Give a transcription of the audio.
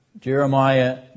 Jeremiah